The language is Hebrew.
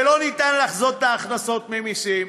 ולא ניתן לחזות את ההכנסות ממסים,